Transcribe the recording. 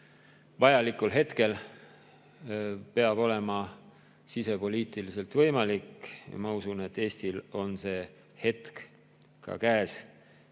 vajalikul hetkel peab olema sisepoliitiliselt võimalik ja ma usun, et Eestil on ka käes